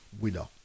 winner